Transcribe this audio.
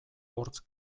hortz